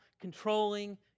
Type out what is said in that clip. controlling